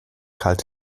kalt